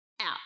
out